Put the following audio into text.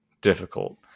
difficult